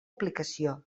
aplicació